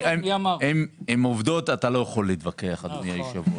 עם עובדות אתה לא יכול להתווכח, אדוני היושב-ראש.